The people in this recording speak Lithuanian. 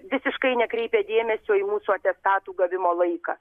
visiškai nekreipia dėmesio į mūsų atestatų gavimo laiką